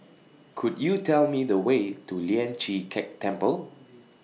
Could YOU Tell Me The Way to Lian Chee Kek Temple